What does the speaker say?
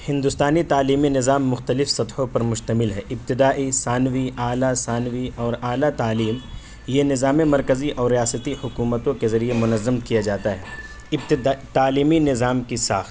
ہندوستانی تعلیمی نظام مختلف سطحوں پر مشتمل ہے ابتدائی ثانوی اعلیٰ ثانوی اور اعلیٰ تعلیم یہ نظام مرکزی اور ریاستی حکومتوں کے ذریعے منظم کیا جاتا ہے ابتدائی تعلیمی نظام کی ساخت